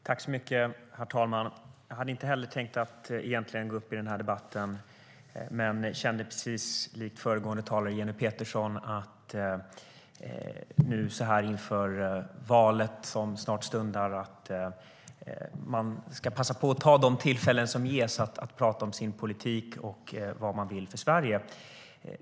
Herr talman! Jag hade inte heller tänkt gå upp i denna debatt men kände likt föregående talare Jenny Petersson att jag inför valet som stundar ska passa på att ta de tillfällen som ges att tala om min politik och vad jag vill för Sverige.